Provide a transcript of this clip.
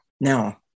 now